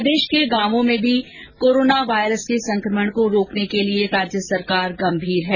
प्रदेश के गांवों मे भी कोरोना वायरस के संकमण को रोकने के लिए राज्य सरकार गंभीर है